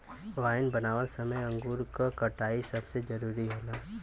wine बनावत समय अंगूर क कटाई सबसे जरूरी होला